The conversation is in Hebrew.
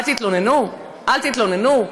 אל תתלוננו?